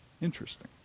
Interesting